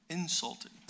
insulted